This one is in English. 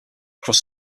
cross